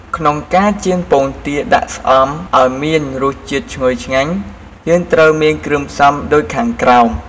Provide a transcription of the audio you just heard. ក្នុងការចៀនពងទាដាក់ស្អំឱ្យមានរសជាតិឈ្ងុយឆ្ងាញ់ យើងត្រូវមានគ្រឿងផ្សំដូចខាងក្រោម។